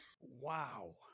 Wow